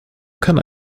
kann